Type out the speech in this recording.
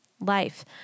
life